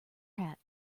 hat